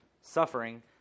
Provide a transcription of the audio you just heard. suffering